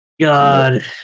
God